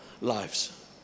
lives